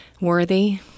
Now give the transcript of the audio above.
worthy